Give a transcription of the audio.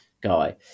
guy